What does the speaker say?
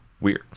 weird